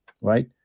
right